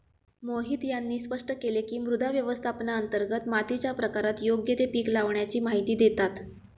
मोहित यांनी स्पष्ट केले की, मृदा व्यवस्थापनांतर्गत मातीच्या प्रकारात योग्य ते पीक लावाण्याची माहिती देतात